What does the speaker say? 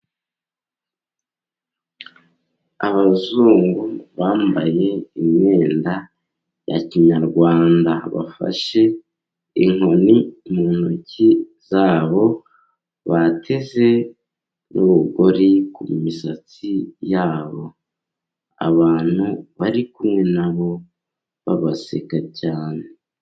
Abazungu bambaye imyenda ya kinyarwanda, bafashe inkoni mu ntoki zabo bateze n'urugori ku misatsi yabo. Abantu bari kumwe na bo babaseka cyane.